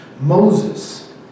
Moses